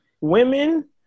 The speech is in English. women